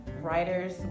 writers